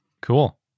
Cool